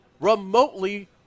remotely